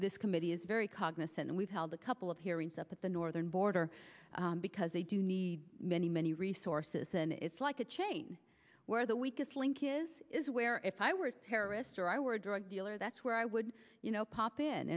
this committee is very cognisant and we've held a couple of hearings up at the northern border because they do need many many resources and it's like a chain where the weakest link is is where if i were terrorist or i were a drug dealer that's where i would you know pop in